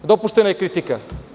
Dopuštena je kritika.